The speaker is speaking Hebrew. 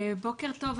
בוקר טוב.